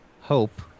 hope